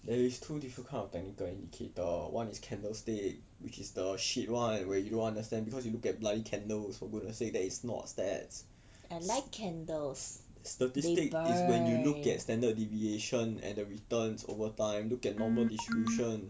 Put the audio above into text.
I like candles they burn